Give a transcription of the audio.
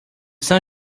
sun